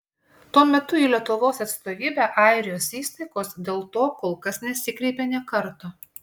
tuo metu į lietuvos atstovybę airijos įstaigos dėl to kol kas nesikreipė nė karto